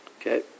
okay